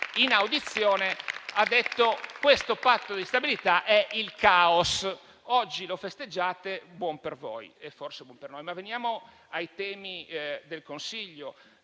in audizione ha detto che quel Patto di stabilità era il caos. Oggi lo festeggiate, buon per voi (e forse non per noi). Veniamo però ai temi del Consiglio